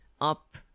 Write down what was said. up